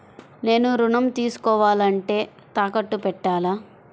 నేను ఋణం తీసుకోవాలంటే తాకట్టు పెట్టాలా?